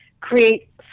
create